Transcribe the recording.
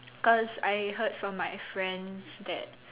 cause I heard from my friend that